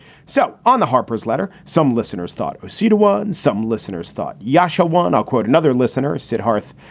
so on the harper's letter, some listeners thought seeta won. some listeners thought yashar one. i'll quote another listener, siddarth,